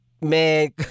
Man